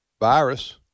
virus